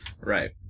Right